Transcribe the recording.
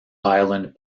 island